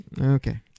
Okay